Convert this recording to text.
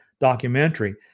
documentary